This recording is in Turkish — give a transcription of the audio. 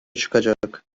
çıkacak